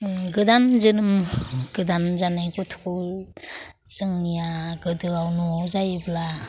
गोदान जोनोम गोदान जानाय गथ'खौ जोंनिया गोदोआव न'आव जायोब्ला